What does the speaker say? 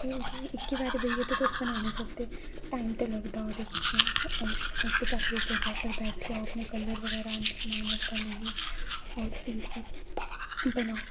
क्योंकि इक्कै बारी बेहियै ते तुस बनाई निं सकदे टाइम ते लगदा ओह्दे बिच इक सेपरेट जगह् उप्पर बैठी आओ ते कलर बगैरा समान बगैरा लेइयै होर फ्ही उसी बनाओ